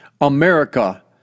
America